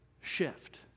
shift